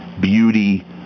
beauty